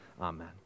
Amen